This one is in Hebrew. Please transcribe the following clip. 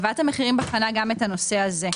ועדת המחירים בחנה גם את הנושא הזה.